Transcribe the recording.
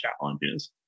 challenges